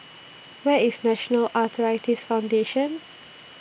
Where IS National Arthritis Foundation